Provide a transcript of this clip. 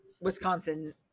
Wisconsin